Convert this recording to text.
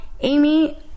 Amy